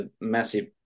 massive